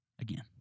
Again